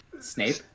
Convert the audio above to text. Snape